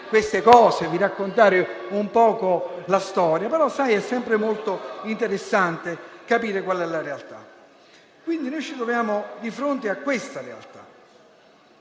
queste cose, raccontare la storia, però è sempre molto interessante capire qual è la realtà. Ci troviamo di fronte a questa realtà